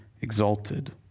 exalted